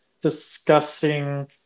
discussing